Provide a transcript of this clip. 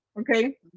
okay